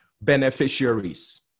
beneficiaries